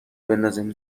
بندازیم